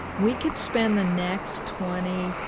we could spend the next twenty,